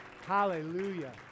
Hallelujah